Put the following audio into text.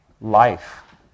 life